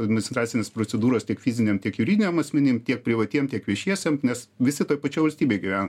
administracinės procedūros tiek fiziniam tiek juridiniam asmenim tiek privatiem tiek viešiesiem nes visi toj pačioj valstybėj gyvenam